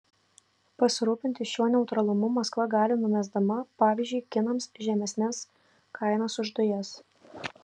pasirūpinti šiuo neutralumu maskva gali numesdama pavyzdžiui kinams žemesnes kainas už dujas